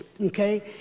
okay